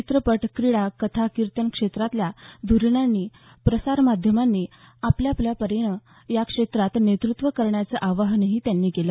चित्रपट क्रीडा कथा कीर्तन क्षेत्रांतल्या ध्रीणांनी प्रसार माध्यमांनी आपापल्या परीनं या क्षेत्रात नेतृत्त्व करण्याचं आवाहनही त्यांनी केलं